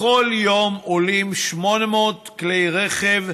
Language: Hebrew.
בכל יום עולים 800 כלי רכב,